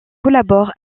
collabore